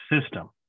system